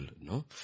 no